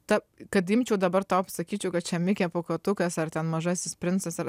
ta kad imčiau dabar tau pasakyčiau kad čia mikė pūkuotukas ar ten mažasis princas ar